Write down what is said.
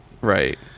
Right